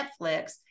Netflix